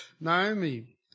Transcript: Naomi